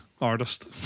artist